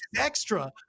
extra